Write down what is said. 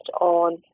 on